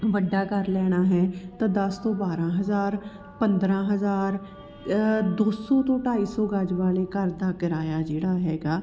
ਵੱਡਾ ਘਰ ਲੈਣਾ ਹੈ ਤਾਂ ਦਸ ਤੋਂ ਬਾਰਾਂ ਹਜ਼ਾਰ ਪੰਦਰਾਂ ਹਜ਼ਾਰ ਦੋ ਸੌ ਤੋਂ ਢਾਈ ਸੌ ਗਜ ਵਾਲੇ ਘਰ ਦਾ ਕਿਰਾਇਆ ਜਿਹੜਾ ਹੈਗਾ